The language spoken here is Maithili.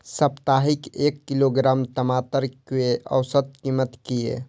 साप्ताहिक एक किलोग्राम टमाटर कै औसत कीमत किए?